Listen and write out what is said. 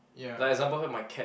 like example heard my cat